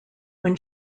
when